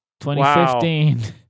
2015